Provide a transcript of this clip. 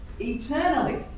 eternally